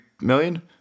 million